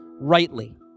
rightly